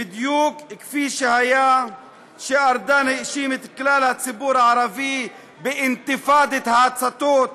בדיוק כפי שהיה כשארדן האשים את כלל הציבור הערבי ב"אינתיפאדת ההצתות",